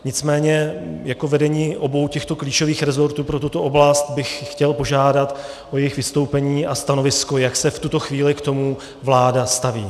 Nicméně jako vedení obou klíčových resortů pro tuto oblast bych je chtěl požádat o jejich vystoupení a stanovisko, jak se v tuto chvíli k tomu vláda staví.